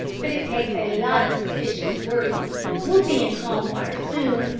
but it takes a lot of suspicion to worry me. we'll be in calm water soon,